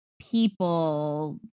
people